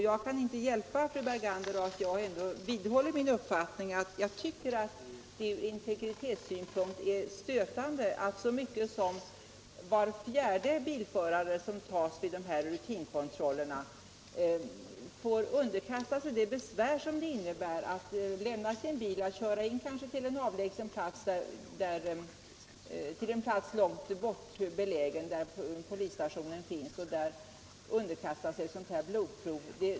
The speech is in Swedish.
Jag vidhåller faktiskt min uppfattning att det från integritetssynpunkt är stötande att så många som var fjärde av de bilförare som tas in till rutinkontrollerna visar sig inte ha gjort sig skyldig till något brottsligt, sedan man väl fått underkasta sig besväret att lämna sin bil och köras in till en kanske långt bort belägen plats, där polisstationen finns, för att där undergå blodprov.